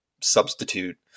substitute